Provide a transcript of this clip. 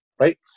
Right